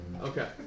Okay